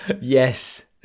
Yes